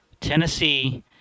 Tennessee